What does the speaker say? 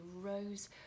rose